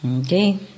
Okay